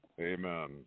Amen